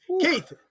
Keith